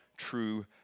True